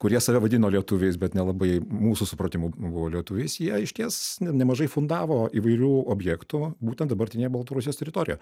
kurie save vadino lietuviais bet nelabai mūsų supratimu buvo lietuviais jie išties nemažai fundavo įvairių objektų būtent dabartinėje baltarusijos teritorijoje